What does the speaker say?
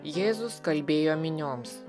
jėzus kalbėjo minioms